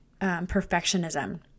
perfectionism